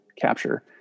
capture